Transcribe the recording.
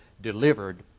delivered